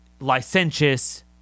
Licentious